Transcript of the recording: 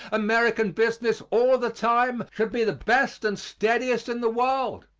american business all the time should be the best and steadiest in the world.